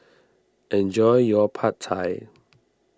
enjoy your Pad Thai